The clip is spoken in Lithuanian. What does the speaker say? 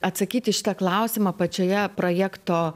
atsakyti į šitą klausimą pačioje projekto